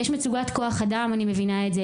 יש מצוקת כוח אדם, אני מבינה את זה.